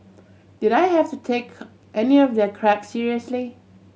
did I have to take any of their crap seriously